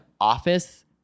office